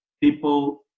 people